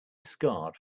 scarred